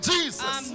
Jesus